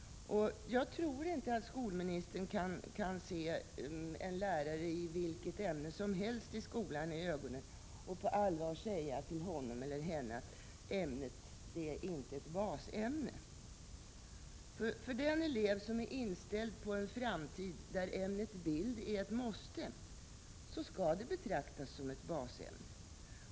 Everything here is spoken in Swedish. Jag tror inte att skolministern kan se en lärare i vilket ämne som helst i ögonen och på allvar säga till honom eller henne att ämnet inte är ett basämne. För den elev som är inställd på en framtid där ämnet bild är ett måste skall detta ämne betraktas som ett basämne.